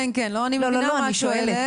אוקיי, אני מבינה מה את שואלת.